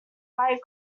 light